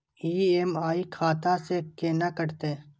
EMI खाता से केना कटते?